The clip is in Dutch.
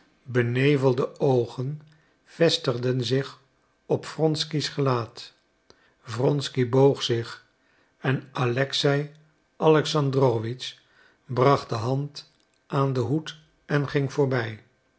benevelde oogen vestigden zich op wronsky's gelaat wronsky boog zich en alexei alexandrowitsch bracht de hand aan den hoed en ging voorbij